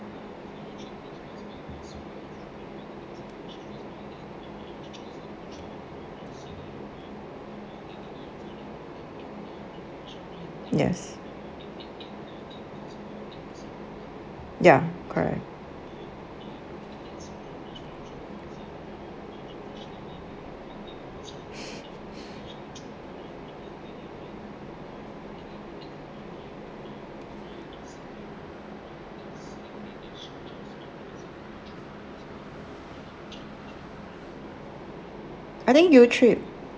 yes ya correct I think YouTrip